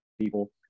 people